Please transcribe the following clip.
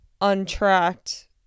untracked